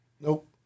Nope